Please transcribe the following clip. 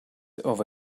over